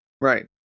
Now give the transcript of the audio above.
Right